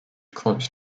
close